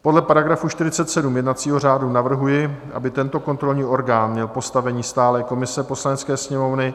Podle § 47 jednacího řádu navrhuji, aby tento kontrolní orgán měl postavení stálé komise Poslanecké sněmovny.